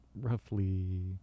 roughly